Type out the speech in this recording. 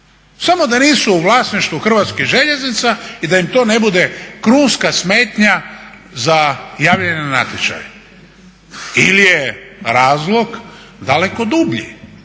samo da nisu u vlasništvu Hrvatskih željeznica i da im to ne bude krunska smetnja za javljanje na natječaj. Ili je razlog daleko dublji